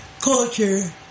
culture